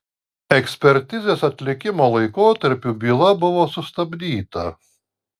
ekspertizės atlikimo laikotarpiu byla buvo sustabdyta